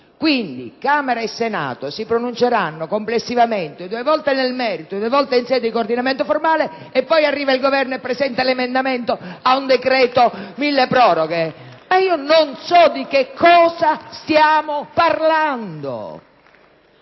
Quindi, Camera e Senato si pronunceranno complessivamente due volte nel merito e due volte in sede di coordinamento formale, poi arriverà il Governo e presenterà un emendamento al decreto milleproroghe. Non so proprio di cosa stiamo parlando!